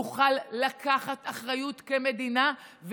נוכל לקחת אחריות כמדינה,